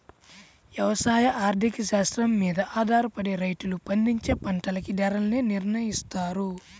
యవసాయ ఆర్థిక శాస్త్రం మీద ఆధారపడే రైతులు పండించే పంటలకి ధరల్ని నిర్నయిత్తారు